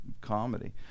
comedy